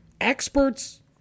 experts